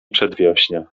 przedwiośnia